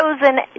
chosen